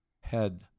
head